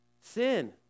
sin